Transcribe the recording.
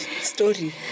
story